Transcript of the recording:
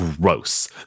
gross